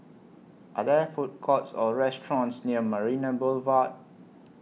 Are There Food Courts Or restaurants near Marina Boulevard